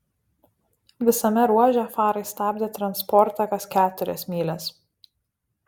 visame ruože farai stabdė transportą kas keturias mylias